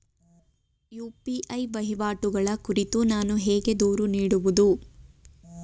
UPI ವಹಿವಾಟುಗಳ ಕುರಿತು ನಾನು ಹೇಗೆ ದೂರು ನೀಡುವುದು?